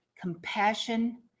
compassion